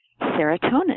serotonin